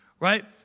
right